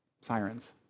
sirens